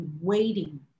waiting